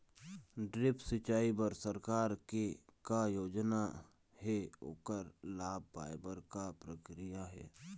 Drip सिचाई बर सरकार के का योजना हे ओकर लाभ पाय बर का प्रक्रिया हे?